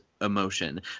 emotion